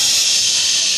ששש.